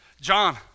John